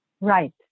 Right